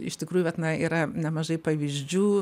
iš tikrųjų vat na yra nemažai pavyzdžių